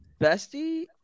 Bestie